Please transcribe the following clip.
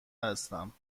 هستم